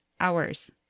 hours